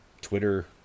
Twitter